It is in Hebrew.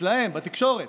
אצלם בתקשורת,